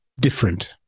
different